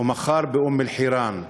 ומחר באום-אלחירן.